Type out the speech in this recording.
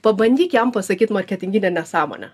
pabandyk jam pasakyt marketinginę nesąmonę